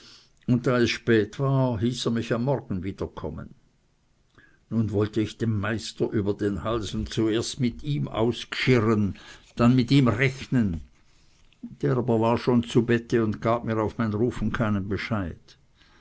und da es spät war hieß er mich am morgen wiederkommen nun wollte ich dem meister über den hals und zuerst mit ihm ausgschirren dann mit ihm rechnen der war aber schon zu bette und gab mir auf mein rufen keinen bescheid